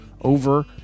over